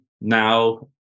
now